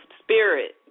spirit